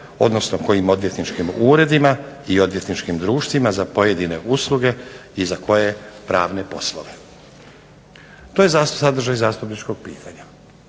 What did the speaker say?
pojedinim odvjetničkim uredima i odvjetničkim društvima za pojedine usluge i za koje pravne poslove. To je sadržaj zastupničkog pitanja.